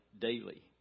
daily